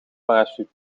parachute